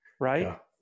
right